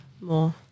more